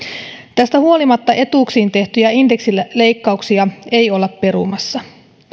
tästä huolimatta etuuksiin tehtyjä indeksileikkauksia ei olla perumassa